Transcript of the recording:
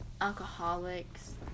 alcoholics